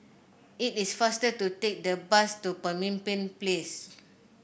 it is faster to take the bus to Pemimpin Place